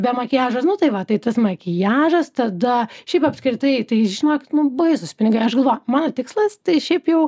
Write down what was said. be makiažo nu tai va tai tas makiažas tada šiaip apskritai tai žinokit nu baisūs pinigai aš galvoju mano tikslas tai šiaip jau